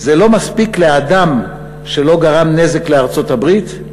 "זה לא מספיק לאדם שלא גרם נזק לארצות-הברית?